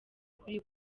kuri